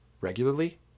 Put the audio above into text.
regularly